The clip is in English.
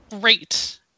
great